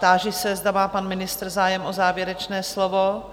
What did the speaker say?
Táži se, zda má pan ministr zájem o závěrečné slovo?